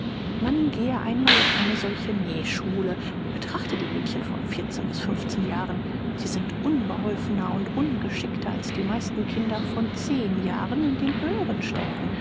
man gehe einmal in eine solche nähschule und betrachte die mädchen von bis jahren sie sind unbeholfener und ungeschickter als die meisten kinder von zehn jahren in den höheren ständen